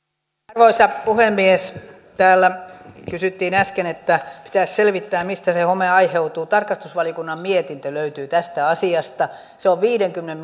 arvoisa puhemies täällä sanottiin äsken että pitäisi selvittää mistä se home aiheutuu tarkastusvaliokunnan mietintö löytyy tästä asiasta se on viidenkymmenen